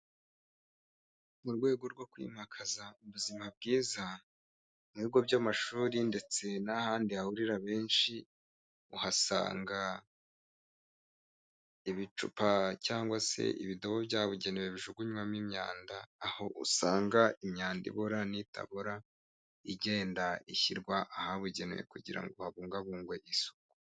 Mu rwego rwo kwimakaza ubuzima bwiza mu bigo by'amashuri ndetse n'ahandi hahurira benshi, uhasanga ibicupa cyangwa se ibidobo byabugenewe bijugunywamo imyanda, aho usanga imyanda ibora n'itabora igenda ishyirwa ahabugenewe, kugira ngo habungabungwe isuku.